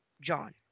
John